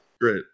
Great